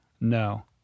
No